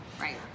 right